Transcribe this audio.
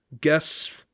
guess